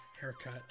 haircut